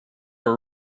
were